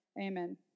Amen